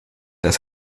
das